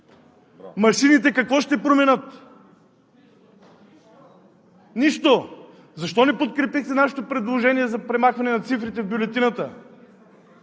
Машините какво ще променят? Нищо! Защо не подкрепихте нашето предложение за премахване на цифрите в бюлетината?